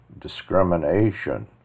discrimination